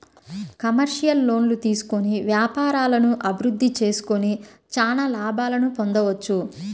commercial లోన్లు తీసుకొని వ్యాపారాలను అభిరుద్ధి చేసుకొని చానా లాభాలను పొందొచ్చు